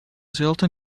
skeleton